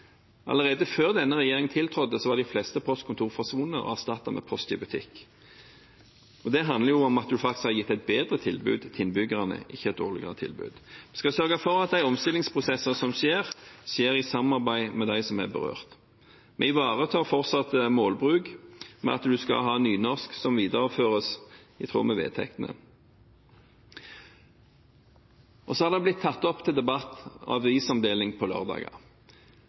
Allerede før denne regjeringen tiltrådte, var de fleste postkontor forsvunnet og erstattet med Post i Butikk. Det handler om at en faktisk har gitt et bedre tilbud til innbyggerne, ikke et dårligere tilbud. Vi skal sørge for at de omstillingsprosesser som skjer, skjer i samarbeid med dem som er berørt. Vi ivaretar fortsatt målbruk ved at en skal ha nynorsk, som videreføres i tråd med vedtektene. Så har avisomdeling på lørdager blitt tatt opp til debatt.